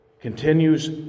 continues